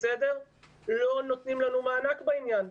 לא נותנים לנו מענק בעניין.